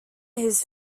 his